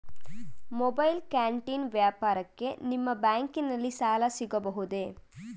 Mobile canteen ವ್ಯಾಪಾರಕ್ಕೆ ನಿಮ್ಮ ಬ್ಯಾಂಕಿನಲ್ಲಿ ಸಾಲ ಸಿಗಬಹುದೇ?